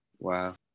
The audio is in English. Wow